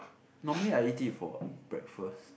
normally I eat it for breakfast